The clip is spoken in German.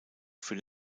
für